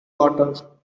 water